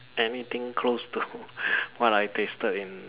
anything close to what I tasted in